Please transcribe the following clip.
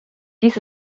dies